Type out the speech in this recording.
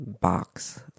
box